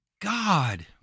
God